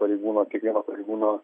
pareigūno kiekvieno pareigūno